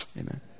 Amen